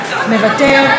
מוותר.